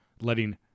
letting